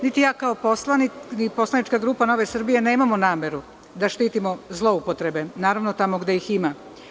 Niti ja kao poslanik, ni poslanička grupa NS nemamo nameru da štitimo zloupotrebe, naravno, tamo gde ih ima.